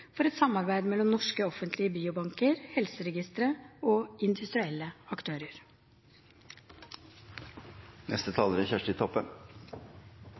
for et samarbeid mellom norske offentlige biobanker, helseregistre og industrielle